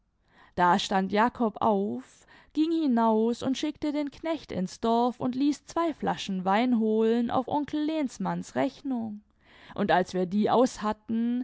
da stand jakob auf ging hinaus und schickte den knecht ins dorf und ließ zwei flaschen wein holen auf onkel lehnsmanns rechnung und als wir die aushatten